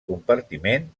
compartiment